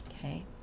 Okay